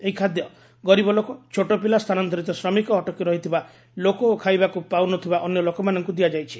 ଏହି ଖାଦ୍ୟ ଗରିବ ଲୋକ ଛୋଟ ପିଲା ସ୍ଥାନାନ୍ତରିତ ଶ୍ରମିକ ଅଟକି ରହିଥିବା ଲୋକ ଓ ଖାଇବାକୁ ପାଉନଥିବା ଅନ୍ୟ ଲୋକମାନଙ୍କୁ ଦିଆଯାଇଛି